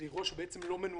זה אירוע שבעצם לא מנוהל.